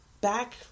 back